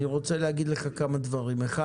אני רוצה להגיד לך כמה דברים: א',